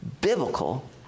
biblical